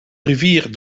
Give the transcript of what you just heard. rivier